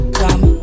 come